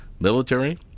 military